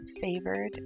favored